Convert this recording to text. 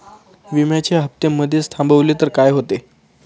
विम्याचे हफ्ते मधेच थांबवले तर काय होते?